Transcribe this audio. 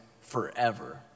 forever